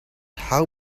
how